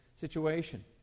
situation